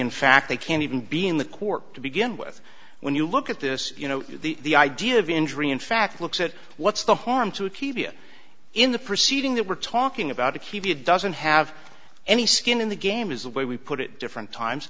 in fact they can't even be in the court to begin with when you look at this you know the idea of injury in fact looks at what's the harm to t v s in the proceeding that we're talking about to keep it doesn't have any skin in the game is the way we put it different times